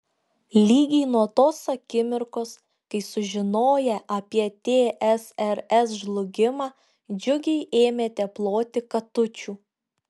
lygiai nuo tos akimirkos kai sužinoję apie tsrs žlugimą džiugiai ėmėte ploti katučių